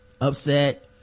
upset